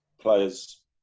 players